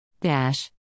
Dash